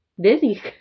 busy